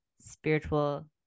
spiritual